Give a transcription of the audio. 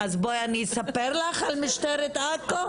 בואי אני אספר לך על משטרת עכו,